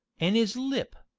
an' is lip,